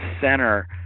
center